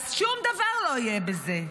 אז שום דבר לא יהיה בזה.